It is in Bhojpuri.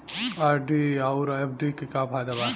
आर.डी आउर एफ.डी के का फायदा बा?